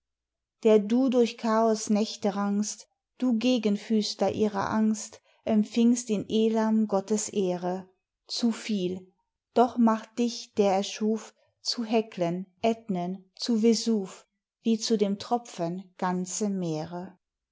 der du durch chaos nächte rangst du gegenfüßler ihrer angst empfingst in elam gottes ehre zu viel doch macht dich der erschuf zu heklen aetnen zu vesus wie zu dem tropfen ganze meere